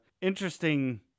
interesting